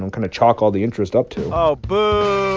and kind of chalk all the interest up to oh, boo